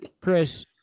Chris